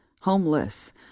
homeless